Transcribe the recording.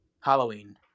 Halloween